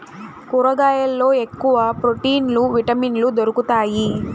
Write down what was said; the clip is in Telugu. కూరగాయల్లో ఎక్కువ ప్రోటీన్లు విటమిన్లు దొరుకుతాయి